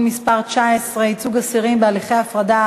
מס' 19) (ייצוג אסירים בהליכי הפרדה),